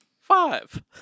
Five